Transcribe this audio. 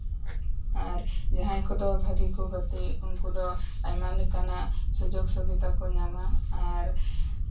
ᱟᱨ ᱡᱟᱦᱟᱸᱭ ᱠᱚᱫᱚ ᱵᱷᱟᱹᱜᱤ ᱠᱚ ᱜᱟᱛᱮᱜ ᱩᱱᱠᱩ ᱫᱚ ᱟᱭᱢᱟ ᱞᱮᱠᱟᱱᱟᱜ ᱥᱩᱡᱳᱜᱽᱼᱥᱩᱵᱤᱛᱟ ᱠᱚ ᱧᱟᱢᱟ ᱟᱨ